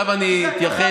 עכשיו אני אתייחס.